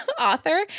author